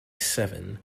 seven